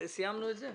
סיימנו את זה?